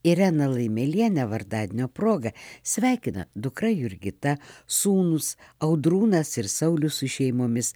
ireną laimėlienę vardadienio proga sveikina dukra jurgita sūnūs audrūnas ir saulius su šeimomis